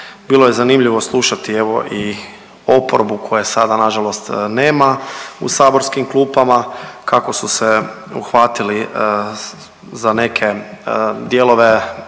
Bilo je zanimljivo slušati evo i oporbu koje sada nažalost nema u saborskim klupama, kako su se uhvatili za neke dijelove